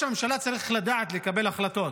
ראש הממשלה צריך לדעת לקבל החלטות.